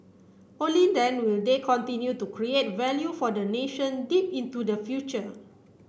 only then will they continue to create value for the nation deep into the future